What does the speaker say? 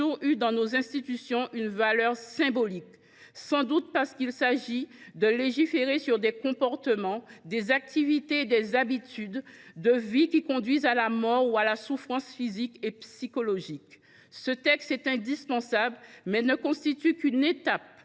eu dans nos institutions une valeur symbolique. Sans doute parce qu’il s’agit de légiférer sur des comportements, des activités et des habitudes de vie qui conduisent à la mort ou à la souffrance physique et psychologique. » À cet égard, si la présente